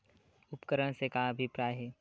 उपकरण से का अभिप्राय हे?